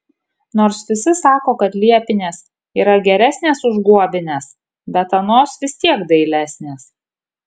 nors visi sako kad liepinės yra geresnės už guobines bet anos vis tiek dailesnės